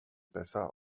besser